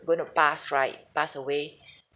going to pass right pass away